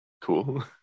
Cool